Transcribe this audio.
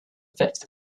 fifth